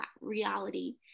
reality